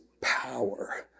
power